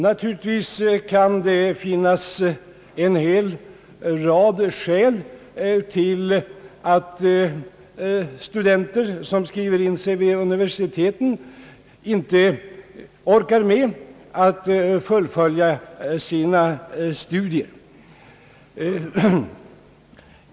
Naturligtvis kan det finnas en hel rad skäl till att studenter, som skriver in sig vid universiteten, inte orkar med att fullfölja sina studier.